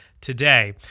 today